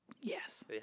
Yes